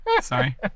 Sorry